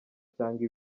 cyangwa